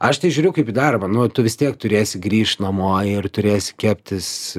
aš tai žiūriu kaip į darbą nu tu vis tiek turėsi grįšt namo ir turėsi keptis